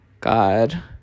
God